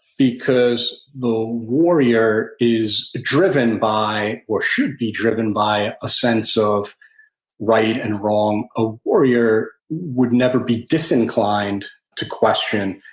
because the warrior is driven by, or should be driven by, a sense of right and wrong. a warrior would never be disinclined to question.